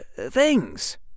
things